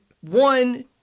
One